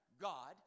God